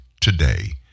today